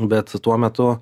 bet tuo metu